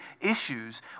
issues